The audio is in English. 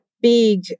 big